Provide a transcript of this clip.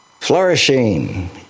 flourishing